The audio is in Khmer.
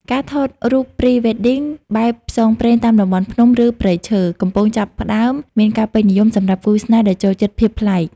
ការថតរូប Pre-wedding បែបផ្សងព្រេងតាមតំបន់ភ្នំ ឬព្រៃឈើ កំពុងចាប់ផ្ដើមមានការពេញនិយមសម្រាប់គូស្នេហ៍ដែលចូលចិត្តភាពប្លែក។